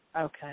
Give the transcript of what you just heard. Okay